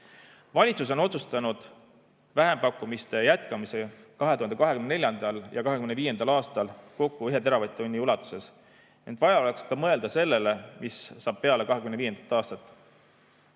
Valitsus on otsustanud vähempakkumiste jätkamise 2024. ja 2025. aastal kokku 1 teravatt-tunni ulatuses. Ent vaja oleks mõelda ka sellele, mis saab peale 2025. aastat.